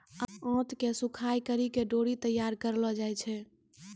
आंत के सुखाय करि के डोरी तैयार करलो जाय छै